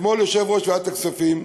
אתמול יושב-ראש ועדת הכספים,